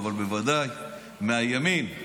אבל בוודאי מהימין,